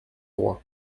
droits